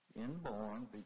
inborn